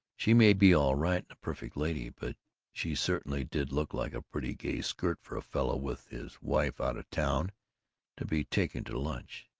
she may be all right and a perfect lady, but she certainly did look like a pretty gay skirt for a fellow with his wife out of town to be taking to lunch.